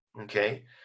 okay